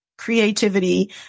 creativity